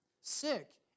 Sick